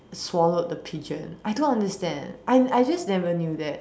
swallowed the pigeon I don't understand I I just never knew that